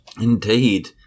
Indeed